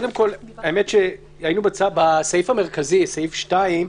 היינו בסעיף המרכזי, סעיף 2,